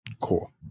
cool